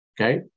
okay